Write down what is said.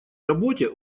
работе